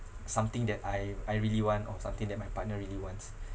something that I I really want or something that my partner really wants